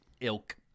ilk